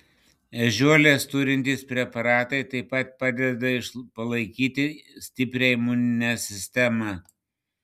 ežiuolės turintys preparatai taip pat padeda palaikyti stiprią imuninę sistemą